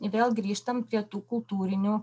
vėl grįžtam prie tų kultūrinių